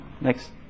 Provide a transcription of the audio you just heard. Next